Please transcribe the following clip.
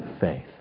faith